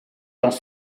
dans